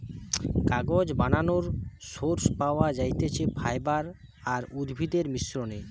কাগজ বানানোর সোর্স পাওয়া যাতিছে ফাইবার আর উদ্ভিদের মিশ্রনে